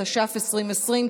התש"ף 2020,